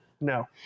No